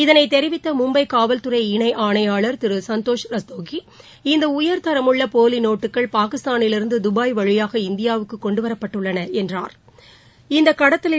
இதனைதெரிவித்தமும்பைகாவல்துறை இணைஆணையாளர் திருசந்தோஷ் ரஸ்தோகி இந்தஉயர் தரமுள்ளபோலிநோட்டுகள் பாகிஸ்தானிலிருந்துதபாய் வழிபாக இந்தியாவுக்குகொண்டுரவரப்பட்டுள்ளனஎன்றுகூறினார்